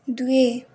द्वे